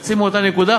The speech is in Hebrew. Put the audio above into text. יוצאים מאותה נקודה,